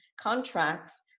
contracts